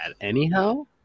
Anyhow